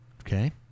Okay